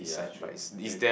yeah true maybe